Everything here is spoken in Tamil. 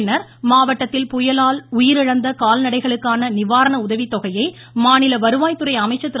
பின்னர் மாவட்டத்தில் புயலால் உயிரிழந்த கால்நடைகளுக்கான நிவாரண உதவித்தொகையை மாநில வருவாய்துறை அமைச்சர் திரு